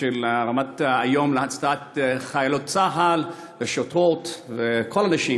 של הרמת יום ההצדעה לחיילות צה"ל ולשוטרות ולכל הנשים